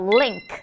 link